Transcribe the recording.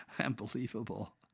Unbelievable